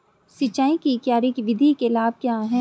सिंचाई की क्यारी विधि के लाभ क्या हैं?